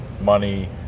money